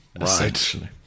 Essentially